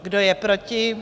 Kdo je proti?